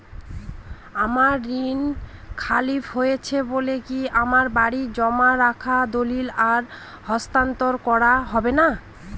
আমার ঋণ খেলাপি হয়েছে বলে কি আমার বাড়ির জমা রাখা দলিল আর হস্তান্তর করা হবে না?